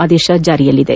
ಆದೇಶ ಜಾರಿಯಲ್ಲಿದೆ